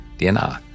DNA